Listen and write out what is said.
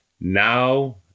Now